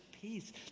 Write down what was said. peace